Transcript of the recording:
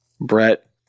Brett